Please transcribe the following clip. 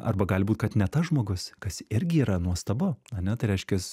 arba gali būt kad ne tas žmogus kas irgi yra nuostabu ane tai reiškias